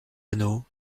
anneau